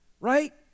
right